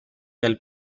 del